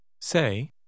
Say